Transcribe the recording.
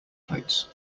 plates